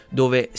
dove